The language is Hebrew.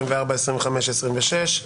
24, 25, 26?